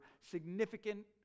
significant